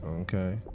okay